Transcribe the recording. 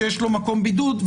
שיש לו מקום בידוד,